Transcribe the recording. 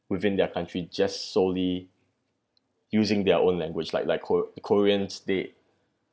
within their country just solely using their own language like like kor~ koreans they